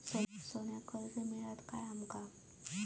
सोन्याक कर्ज मिळात काय आमका?